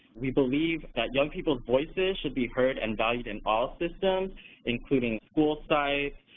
we believe that young people's voices should be heard and valued in all systems including school sites,